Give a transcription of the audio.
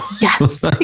yes